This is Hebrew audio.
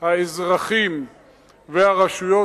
האזרחים והרשויות,